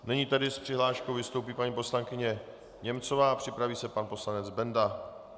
Nyní tedy s přihláškou vystoupí paní poslankyně Němcová a připraví se pan poslanec Benda.